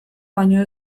baino